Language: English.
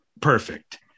Perfect